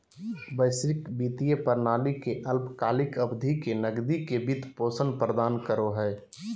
वैश्विक वित्तीय प्रणाली ले अल्पकालिक अवधि के नकदी के वित्त पोषण प्रदान करो हइ